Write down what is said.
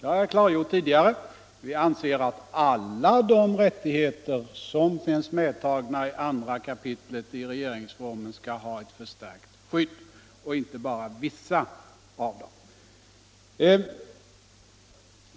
Det har jag klargjort tidigare. Vi anser att alla de rättigheter som finns medtagna i 2 kap. i regeringsformen skall ha ett förstärkt skydd och inte bara vissa av dem.